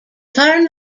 farm